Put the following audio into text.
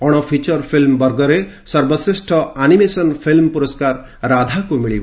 ଅଣ feature film ବର୍ଗରେ ସର୍ବଶ୍ରେଷ ଆନିମେସନ ଫିଲ୍ମ ପୁରସ୍କାର 'ରାଧା'କୁ ମିଳିବ